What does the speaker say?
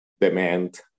demand